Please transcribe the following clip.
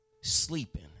sleeping